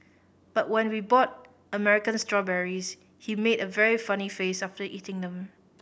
but when we bought American strawberries he made a very funny face after eating them